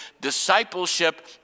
discipleship